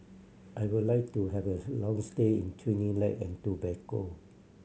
I would like to have a long stay in Trinidad and Tobago